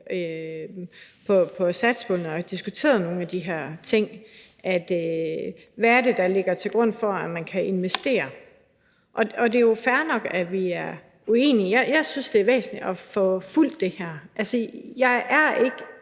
i satspuljekredsen og diskuteret nogle af de her ting, diskuteret, hvad det er, der ligger til grund for, at man kan investere. Det er jo fair nok, at vi er uenige. Jeg synes, det er væsentligt at få fulgt det her. Jeg er ikke